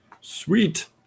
sweet